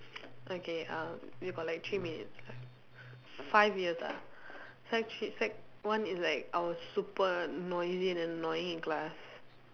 okay uh we got like three minutes five years ah sec three sec one is like I was super noisy and annoying in class